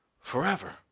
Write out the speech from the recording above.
forever